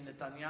Netanyahu